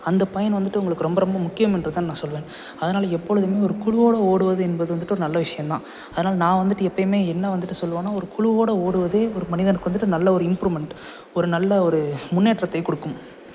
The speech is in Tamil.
அந்த பயன் வந்துட்டு உங்களுக்கு ரொம்ப ரொம்ப முக்கியம் என்று தான் நான் சொல்லுவேன் அதனால் எப்பொழுதும் ஒரு குழுவோடு ஓடுவது என்பது வந்துட்டு ஒரு நல்ல விஷயம் தான் அதனால் நான் வந்துட்டு எப்பயும் என்ன வந்துட்டு சொல்வேனா ஒரு குழுவோடு ஓடுவது ஒரு மனிதனுக்கு வந்துட்டு நல்ல ஒரு இம்ப்ரூவ்மெண்ட் ஒரு நல்ல ஒரு முன்னேற்றத்தை கொடுக்கும்